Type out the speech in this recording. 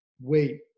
wait